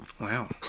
Wow